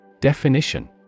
Definition